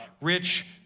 rich